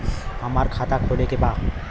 हमार खाता खोले के बा?